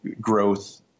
growth